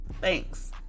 thanks